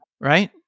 right